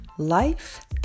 Life